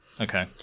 okay